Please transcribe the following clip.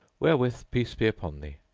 wherewith peace be upon thee!